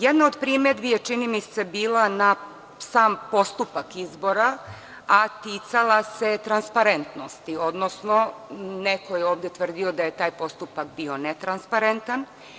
Jedna od primedbi je čini mi se bila na sam postupak izbora, a ticala se transparentnosti, odnosno neko je ovde tvrdio da je taj postupak bio netransparentan.